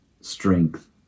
strength